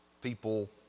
people